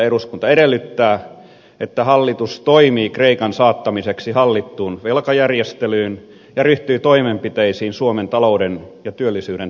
eduskunta edellyttää että hallitus toimii kreikan saattamiseksi hallittuun velkajärjestelyyn ja ryhtyy toimenpiteisiin suomen talouden ja työllisyyden turvaamiseksi